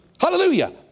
hallelujah